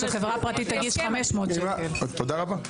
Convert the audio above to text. כשחברה פרטית תגיש 500. תודה רבה,